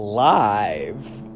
live